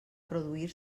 produir